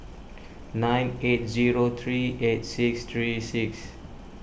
nine eight zero three eight six three six